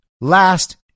last